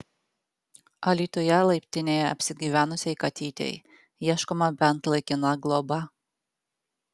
alytuje laiptinėje apsigyvenusiai katytei ieškoma bent laikina globa